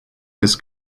his